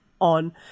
on